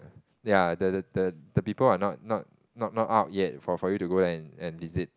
ya the the the the people are not not not out yet for for you to go and visit